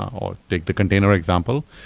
or take the container example.